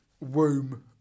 womb